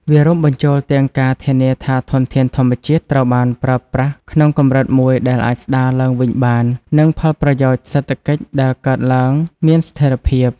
វារួមបញ្ចូលទាំងការធានាថាធនធានធម្មជាតិត្រូវបានប្រើប្រាស់ក្នុងកម្រិតមួយដែលអាចស្ដារឡើងវិញបាន និងផលប្រយោជន៍សេដ្ឋកិច្ចដែលកើតឡើងមានស្ថិរភាព។